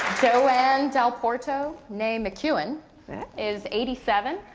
joanne delporto ney mccoughen is eighty seven.